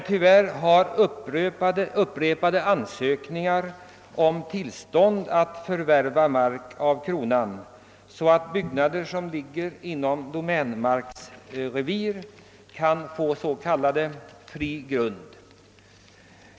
Tyvärr har emellertid upprepade ansökningar om tillstånd att få förvärva mark av kronan, så att byggnader som ligger inom domänverkets revir kan få s.k. fri grund, avslagits.